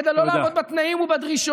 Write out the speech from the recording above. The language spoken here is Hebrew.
כדי לא לעמוד בתנאים ובדרישות.